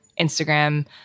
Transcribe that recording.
Instagram